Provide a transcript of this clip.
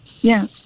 Yes